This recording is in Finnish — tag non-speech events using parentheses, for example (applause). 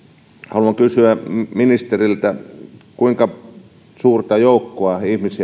haluan kysyä ministeriltä kuinka suurta joukkoa ihmisiä (unintelligible)